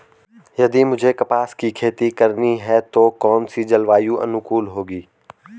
यदि मुझे कपास की खेती करनी है तो कौन इसी जलवायु अनुकूल होगी?